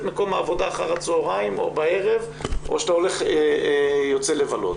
מקום העבודה אחר הצהריים או בערב או שאתה יוצא לבלות.